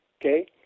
okay